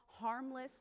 harmless